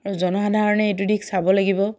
আৰু জনসাধাৰণেই এইটো দিশ চাব লাগিব